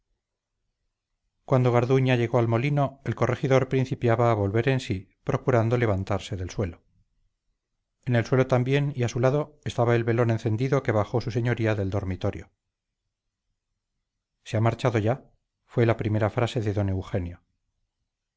cuando garduña llegó al molino el corregidor principiaba a volver en sí procurando levantarse del suelo en el suelo también y a su lado estaba el velón encendido que bajó su señoría del dormitorio se ha marchado ya fue la primera frase de don eugenio